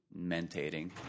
mentating